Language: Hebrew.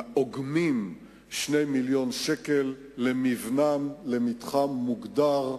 אוגמים 2 מיליוני שקלים למתחם מוגדר,